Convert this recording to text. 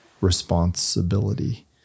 responsibility